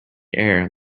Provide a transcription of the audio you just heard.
air